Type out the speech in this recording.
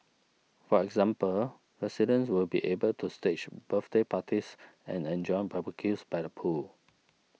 for example residents will be able to stage birthday parties and enjoy barbecues by the pool